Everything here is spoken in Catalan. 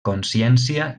consciència